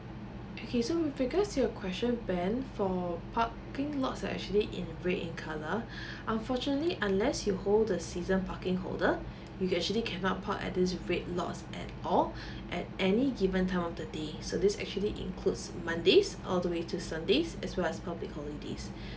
okay so with regards to your question ben for parking lots are actually in red in colour unfortunately unless you hold the season parking holder you get actually cannot park at this red lots at all at any given time of the day so this actually includes mondays all the ways to sunday as well as public holidays